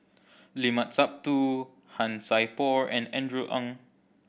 Limat Sabtu Han Sai Por and Andrew Ang